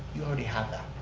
you already have that.